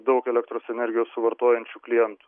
daug elektros energijos suvartojančių klientų